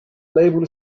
label